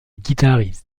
guitariste